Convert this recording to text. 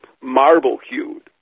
marble-hued